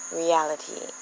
reality